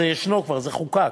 זה ישנו כבר, זה חוקק.